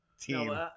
team